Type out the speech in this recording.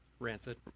Rancid